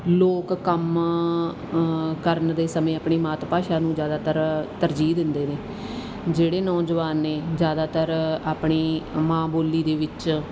ਲੋਕ ਕੰਮ ਕਰਨ ਦੇ ਸਮੇਂ ਆਪਣੀ ਮਾਤ ਭਾਸ਼ਾ ਨੂੰ ਜ਼ਿਆਦਾਤਰ ਤਰਜੀਹ ਦਿੰਦੇ ਨੇ ਜਿਹੜੇ ਨੌਜਵਾਨ ਨੇ ਜ਼ਿਆਦਾਤਰ ਆਪਣੀ ਮਾਂ ਬੋਲੀ ਦੇ ਵਿੱਚ